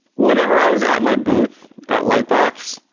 whenever i was at my booth at lightbox,